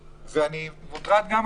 אני לא מדבר על